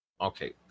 okay